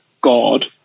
God